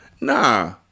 Nah